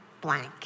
blank